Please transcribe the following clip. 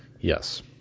Yes